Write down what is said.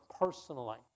personally